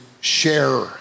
share